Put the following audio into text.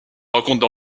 rencontre